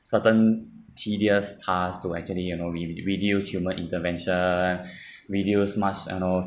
certain tedious task to actually you know maybe red~ reduce human intervention reduce and all